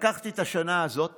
לקחתי את השנה הזאת